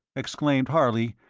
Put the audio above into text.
exclaimed harley,